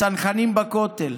הצנחנים בכותל,